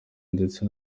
ndetse